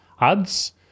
ads